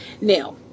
Now